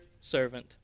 servant